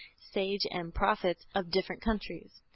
sages and prophets of different countries.